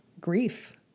grief